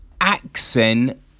accent